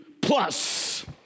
plus